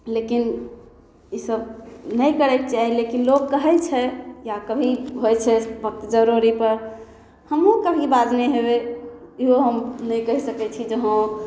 लेकिन ईसब नहि करैके चाही लेकिन लोक कहै छै या कभी होइ छै वक्त जरूरीपर हमहूँ कहीँ बाजने हेबै इहो हम नहि कहि सकै छी जे हँ